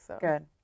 Good